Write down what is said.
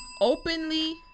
openly